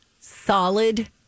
solid